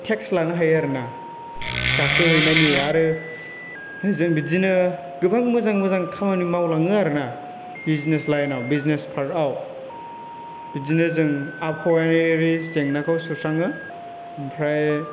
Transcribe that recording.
tax लानो हायो आरो ना गाखोहैनायनि आरो जों बिदिनो गोबां मोजां मोजां खामानि मावलाङो आरो ना बिजिनेस लाइनआव बिजिनेस पार्थआव बिदिनो जों आबहावायारि जेंनाखौ सुस्राङो ओमफ्राय